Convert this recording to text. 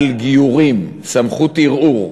סמכות ערעור.